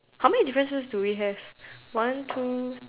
how many differences do we have one two